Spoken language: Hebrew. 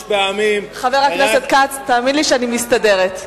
חבר הכנסת כץ, תאמין לי שאני מסתדרת.